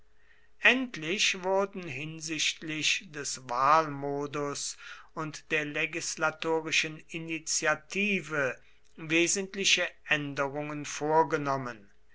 endlich wurden hinsichtlich des wahlmodus und der legislatorischen initiative wesentliche änderungen vorgenommen